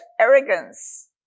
arrogance